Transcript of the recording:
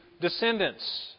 descendants